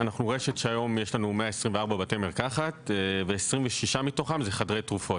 שיש 15 בתי מרקחת ורוצים לפתוח עוד חדר תרופות.